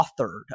authored